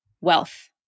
wealth